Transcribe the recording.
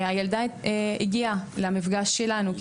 הילדה הגיעה למפגש שלנו,